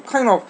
kind of